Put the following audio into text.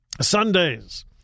sundays